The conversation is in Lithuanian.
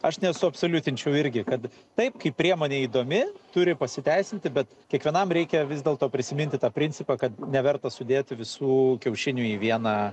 aš nesuabsoliutinčiau irgi kad taip kaip priemonė įdomi turi pasiteisinti bet kiekvienam reikia vis dėl to prisiminti tą principą kad neverta sudėti visų kiaušinių į vieną